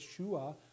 Yeshua